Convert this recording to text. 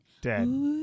Dead